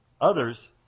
Others